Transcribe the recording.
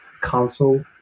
console